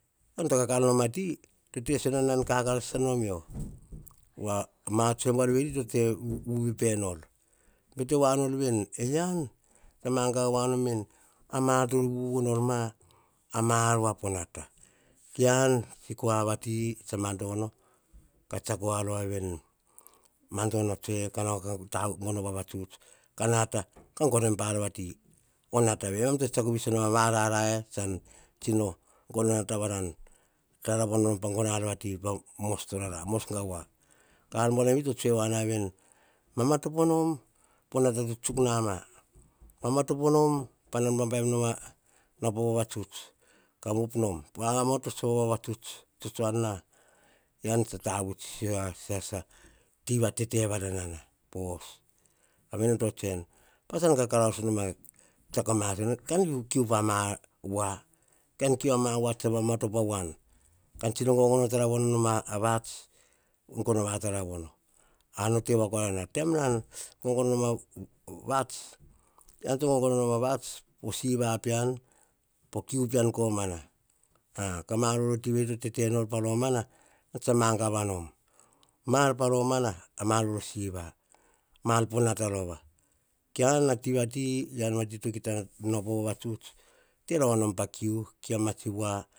Ean to karkar nom ati, to te sisio nan karkar sasa nom yio. Ma tsoe buar veri to te vu pip enor. Bete voanor veni, ean, magava voa nom veni, a ma ar to vuvu nor ma, ma ar voa po nata. Kean akua vati tsa ma dono, ka tsiako voa rova veni. Madono tsoe, ka nao ka gono vavatuts. Ka nata, ka gono em pa ar vati. O nata vei, emam to tsetseako viso noma, a ma rarae, tsan tsino gono a nata, varan taravono nom pa gono ar vati, pa mos torara, mos gavua. Ka ar buanavi to tsoe voa na veni, mamatopo nom, ponata to tsutsutsuk nama, mamatopo nom, a nan babaim nom a nao pova vavatuts, ka op nom, ka amoto tso vavatuts tsotsoar na, ean ts tavuts siso sasa, ati va tete varenana po os. Ka vei nene tsotsoe nu, pa tsan kakaraus nom, a tsiako a ma ar, kan u kiu pa ama vua, kom kiu a ma vua tsa va matopo a voan. Kon tsino gogono va taravono nom a vats, gono vataro vo no. Ar no tevoa ko ranena, taim nan gogono nom a vats, ean to gogono nom a vat po siva peean, po kiu pean koma. 'A' ka ma ar voro tiveni to tete nor pa romana. Ma ar pa romana, ma ar voro siva. Ma ar po nata rova, ke an, a tivati to kita nao po vavatuts te rova nom pa ku, kiu a ma tsi voa.